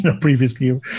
previously